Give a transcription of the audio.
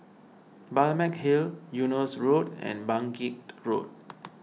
Balmeg Hill Eunos Road and Bangkit Road